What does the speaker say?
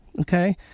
okay